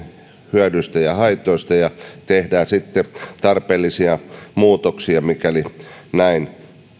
hyödyistä ja haitoista ja tehdään sitten tarpeellisia muutoksia mikäli näin